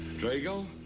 drago.